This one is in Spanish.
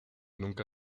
nunca